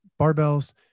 barbells